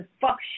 fuck